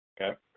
Okay